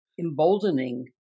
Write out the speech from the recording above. emboldening